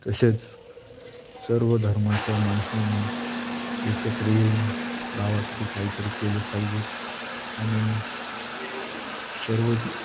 तसेच सर्व धर्माच्या माणसांनी एकत्र येऊन गावासाठी काहीतरी केले पाहिजेत आणि सर्व